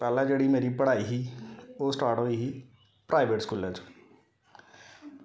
पैह्लें जेह्ड़ी मेरी पढ़ाई ही ओह् स्टार्ट होई ही प्राईवेट स्कूलै च